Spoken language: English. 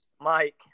Mike